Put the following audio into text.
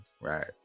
right